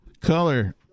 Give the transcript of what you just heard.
color